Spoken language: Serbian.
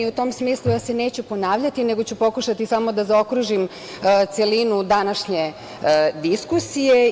U tom smislu ja se neću ponavljati, nego ću pokušati samo da zaokružim celinu današnje diskusije.